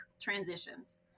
transitions